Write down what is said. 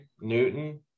Newton